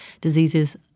diseases